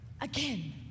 again